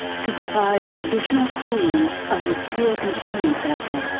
to provide additional cooling of the steel containment vessel.